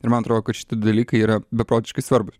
ir man atrodo kad šiti dalykai yra beprotiškai svarbūs